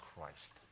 Christ